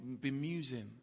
bemusing